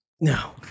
No